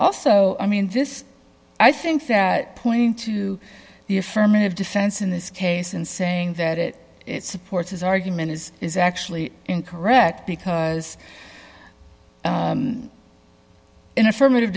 also i mean this i think that point to the affirmative defense in this case and saying that it supports his argument is is actually incorrect because in affirmative